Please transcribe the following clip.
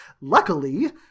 luckily